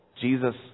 Jesus